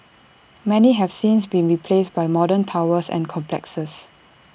many have since been replaced by modern towers and complexes